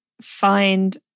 find